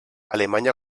alemanya